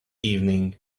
evening